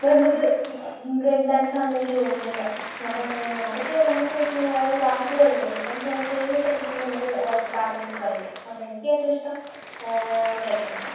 നല്ലത് ബ്രേക്ക് ഡാൻസാണ് എനിക്ക് തോന്നിയിട്ടുണ്ട് അപ്പം അതൊക്കെ നമുക്കെന്ന് വെച്ചിട്ടുണ്ടെങ്കിൽ അതായത് ക്ലാസ്സിക്കലല്ലല്ലോ ബ്രേക്ക് ഡാൻസ് നമുക്ക് ഏത് സ്റ്റെപ്പിട്ടിട്ടും നമുക്ക് പാട്ടിനൊത്ത് കളിക്കാം അപ്പം എനിക്കേറ്റവും ഇഷ്ടം ബ്രേക്ക് ഡാൻസാണ്